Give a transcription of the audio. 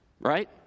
right